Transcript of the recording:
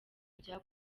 bya